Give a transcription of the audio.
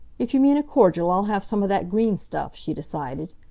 if you mean a cordial, i'll have some of that green stuff, she decided.